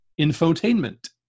infotainment